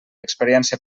experiència